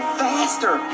faster